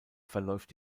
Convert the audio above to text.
verläuft